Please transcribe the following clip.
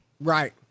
Right